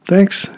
Thanks